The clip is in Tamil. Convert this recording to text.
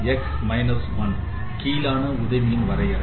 X மைனஸ் y 1 கீழான உதவியின் வரையறை